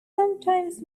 sometimes